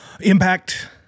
Impact